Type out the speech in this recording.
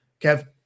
Kev